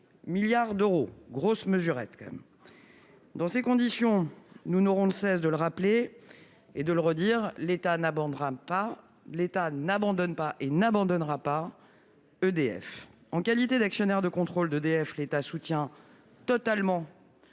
milliards d'euros grosse mesurettes, dans ces conditions, nous n'aurons de cesse de le rappeler et de le redire : l'État n'abandonnera pas l'État n'abandonne pas et n'abandonnera pas EDF en qualité d'actionnaire de contrôle d'EDF, l'État soutient totalement